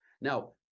now